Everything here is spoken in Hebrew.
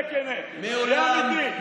תהיה כן, תהיה אמיתי.